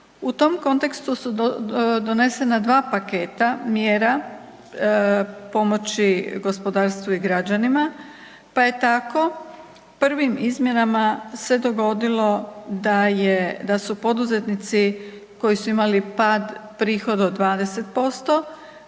u tom kontekstu su donesena dva paketa mjera pomoći gospodarstvu i građanima, pa je tako prvim izmjenama se dogodilo da su poduzetnici koji su imali pad prihod od 20%